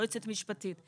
יועצת משפטית.